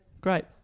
Great